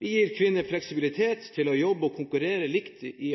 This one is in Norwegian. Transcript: Vi gir kvinner fleksibilitet til å jobbe og konkurrere likt i